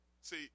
See